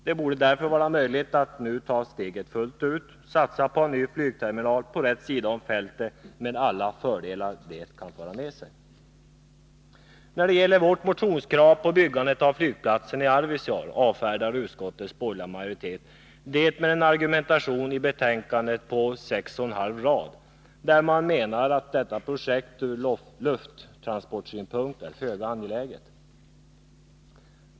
Det borde därför vara möjligt att nu ta steget fullt ut och satsa på en ny flygterminal på rätt sida om fältet med alla de fördelar som det för med sig. Vårt motionskrav på byggandet av flygplatsen i Arvidsjaur avfärdar utskottets borgerliga majoritet med en argumentation i betänkandet på sex och en halv rader enligt vilken man menar att detta projekt ur lufttransportsynpunkt är föga angeläget.